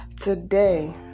today